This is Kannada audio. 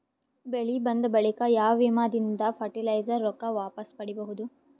ಬೆಳಿ ಬಂದ ಬಳಿಕ ಯಾವ ವಿಮಾ ದಿಂದ ಫರಟಿಲೈಜರ ರೊಕ್ಕ ವಾಪಸ್ ಪಡಿಬಹುದು?